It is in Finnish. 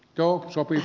joo sopii